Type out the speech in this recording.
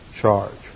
charge